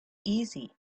easy